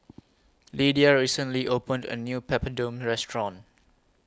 Lidia recently opened A New Papadum Restaurant